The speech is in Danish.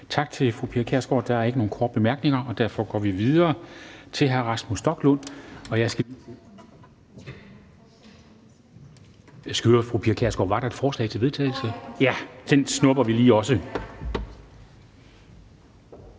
Tak til fru Pia Kjærsgaard. Der er ikke nogen korte bemærkninger, og derfor går vi videre til hr. Rasmus Stoklund. Jeg skal lige høre fru Pia Kjærsgaard: Var der et forslag til vedtagelse? Ja, det snupper vi også